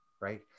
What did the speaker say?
Right